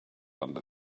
under